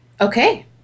Okay